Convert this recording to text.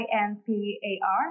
I-N-P-A-R